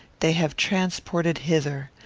they have transported hither.